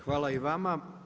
Hvala i vama.